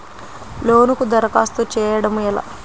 లోనుకి దరఖాస్తు చేయడము ఎలా?